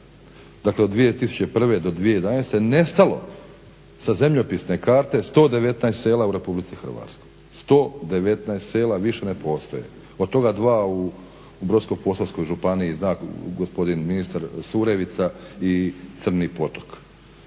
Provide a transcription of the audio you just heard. dakle od 2001. do 2011. nestalo sa zemljopisne karte 119 sela u Republici Hrvatskoj, 119 sela više ne postoje. Od toga dva u Brodsko-posavskoj županiji. Zna gospodin ministar Surevica i Crni potok.